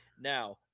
Now